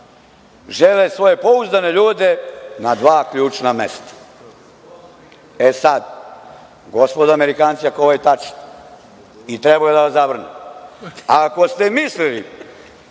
žele svoje pouzdane ljude na dva ključna mesta. Gospodo Amerikanci, ako je ovo tačno i trebao je da vas zavrne, a ako ste mislili